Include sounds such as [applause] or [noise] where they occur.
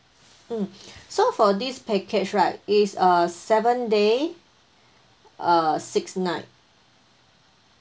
mm [breath] so for this package right it's a seven day uh six night